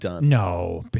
No